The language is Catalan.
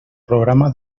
programa